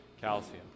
calcium